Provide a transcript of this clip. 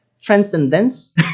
transcendence